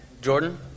Jordan